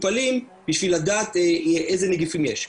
מטופלים בשביל לדעת איזה נגיפים יש.